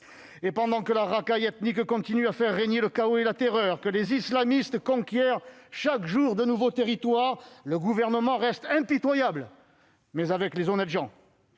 Et pendant que la racaille ethnique continue de faire régner le chaos et la terreur, que les islamistes conquièrent chaque jour de nouveaux territoires, le Gouvernement reste impitoyable ... mais avec les honnêtes gens.